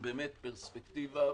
פרספקטיבה